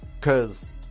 cause